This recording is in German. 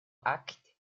akt